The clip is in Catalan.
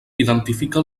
identifica